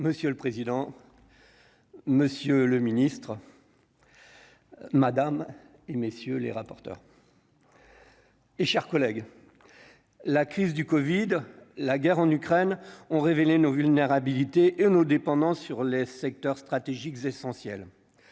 Monsieur le président, Monsieur le Ministre. Madame et messieurs les rapporteurs. Et chers collègues, la crise du Covid la guerre en Ukraine ont révélé nos vulnérabilités et nos sur les secteurs stratégiques essentiels,